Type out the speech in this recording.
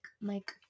Mike